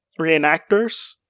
reenactors